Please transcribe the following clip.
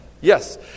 Yes